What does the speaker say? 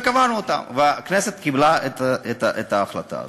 וקבענו אותם, והכנסת קיבלה את ההחלטה הזאת.